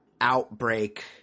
outbreak